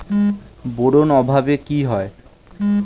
Boron অভাবে কি হয়?